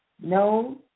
no